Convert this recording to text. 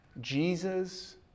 Jesus